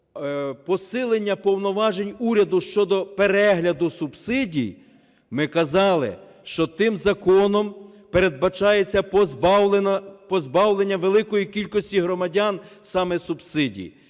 посилення повноважень уряду щодо перегляду субсидій, ми казали, що тим законом передбачається позбавлення великої кількості громадян саме субсидій,